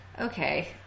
Okay